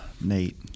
Nate